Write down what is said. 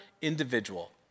individual